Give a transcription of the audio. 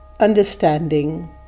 understanding